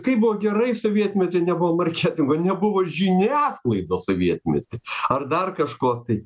kaip buvo gerai sovietmety nebuvo marčetingo nebuvo žiniasklaidos sovietmetį ar dar kažko tai